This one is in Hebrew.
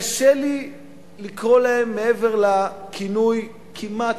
קשה לי לקרוא להם מעבר לכינוי כמעט,